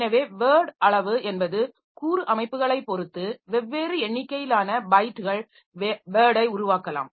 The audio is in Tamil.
எனவே வேர்ட் அளவு என்பது கூறு அமைப்புகளைப் பாெறுத்து வெவ்வேறு எண்ணிக்கையிலான பைட்டுகள் வேர்டை உருவாக்கலாம்